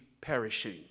perishing